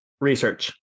research